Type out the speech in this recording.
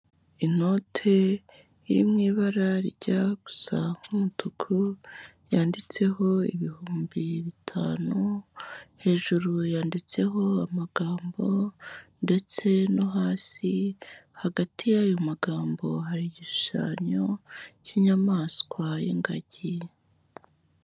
Inote iri mu ibara rirya gusa nk'umutuku, yanditseho ibihumbi bitanu. Hejuru yanditseho amagambo ndetse no hasi. Hagati y'ayo magambo hari igishushanyo cy'inyamaswa y'ingagi.